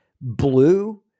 Blue